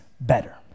better